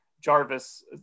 Jarvis